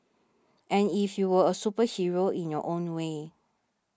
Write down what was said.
and if you were a superhero in your own way